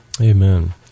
Amen